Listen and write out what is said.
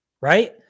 right